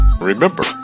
remember